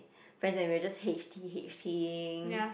and we were just h_t_h_t ing